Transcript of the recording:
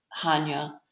Hanya